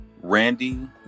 Randy